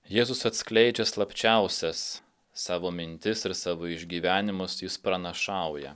jėzus atskleidžia slapčiausias savo mintis ir savo išgyvenimus jis pranašauja